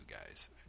guys